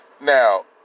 Now